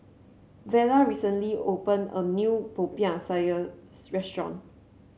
Vela recently opened a new Popiah Sayur restaurant